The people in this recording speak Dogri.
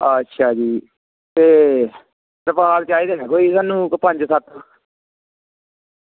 अच्छा जी ते तरपाल चाहिदे हे सानूं कोई पंज सत्त